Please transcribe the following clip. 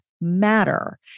matter